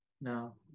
now